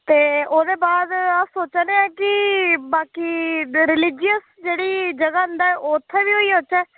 ते ओह्दे बाद अस सोचा दे आं कि बाकी रलीजियस जेह्ड़ी जगह नै ते उत्थे बी होई औचै